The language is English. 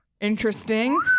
Interesting